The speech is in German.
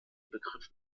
begriff